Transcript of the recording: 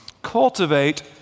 Cultivate